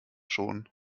schon